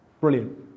Brilliant